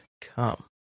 come